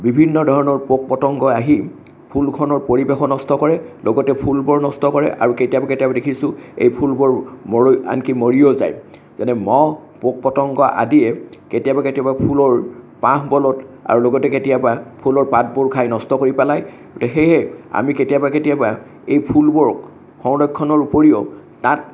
বিভিন্ন ধৰণৰ পোক পতঙ্গ আহি ফুলখনৰ পৰিৱেশো নষ্ট কৰে লগতে ফুলবোৰো নষ্ট কৰে আৰু কেতিয়াবা কেতিয়াবা দেখিছোঁ এই ফুলবোৰ মৰ আনকি মৰিও যায় গতিকে মহ পোক পতঙ্গ আদিয়ে কেতিয়াবা কেতিয়াবা ফুলৰ পাহবোৰত আৰু লগতে কেতিয়াবা ফুলৰ পাতবোৰ খাই নষ্ট কৰি পেলায় সেয়েহে আমি কেতিয়াবা কেতিয়াবা এই ফুলবোৰক সংৰক্ষণৰ উপৰিও তাত